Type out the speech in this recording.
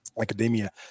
Academia